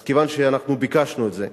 אז כיוון שאנחנו ביקשנו את זה,